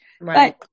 Right